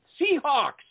Seahawks